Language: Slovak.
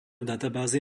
databázy